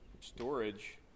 storage